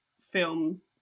film